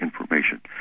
information